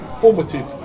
Formative